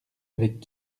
avec